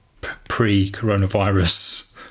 pre-coronavirus